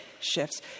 shifts